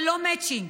ללא מצ'ינג.